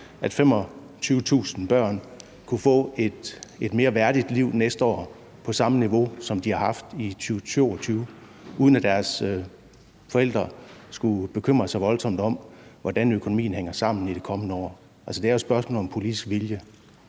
at 25.000 børn kunne få et værdigt liv næste år på samme niveau, som de har haft i 2022, uden at deres forældre ikke skal bekymre sig voldsomt om, hvordan deres økonomi hænger sammen i det kommende år. Altså, det er et spørgsmål om politisk vilje